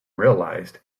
realized